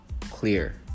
clear